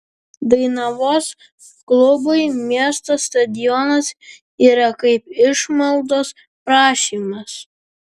dainavos klubui miesto stadionas yra kaip išmaldos prašymas